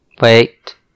Wait